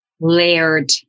layered